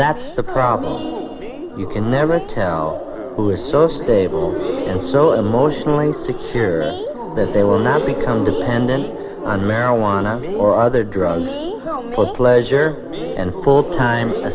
that's the problem you can never tell who is so stable and so emotionally secure that they will not become dependent on marijuana or other drugs for pleasure and full time